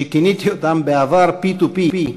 שכיניתי אותם בעבר "P to P",